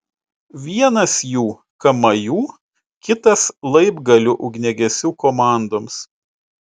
vienas jų kamajų kitas laibgalių ugniagesių komandoms